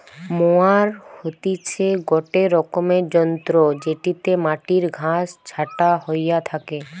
mower হতিছে গটে রকমের যন্ত্র জেটিতে মাটির ঘাস ছাটা হইয়া থাকে